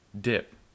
dip